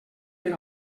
per